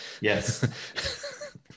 Yes